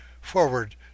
forward